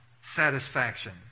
satisfaction